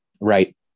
Right